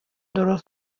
درست